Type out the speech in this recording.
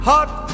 Hot